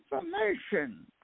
information